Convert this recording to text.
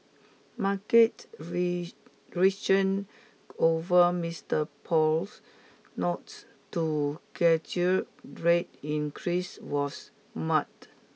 market reaction over Mister Powell's nods to rate increase was muted